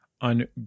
on